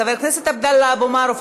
חבר הכנסת עבדאללה אבו מערוף,